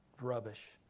rubbish